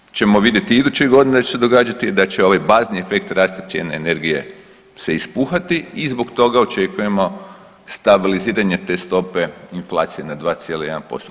Ono što ćemo vidjeti idućih godina što će se događati da će ovaj bazni efekt rasta cijene energije se ispuhati i zbog toga očekujemo stabiliziranje te stope inflacije na 2,1%